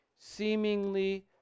seemingly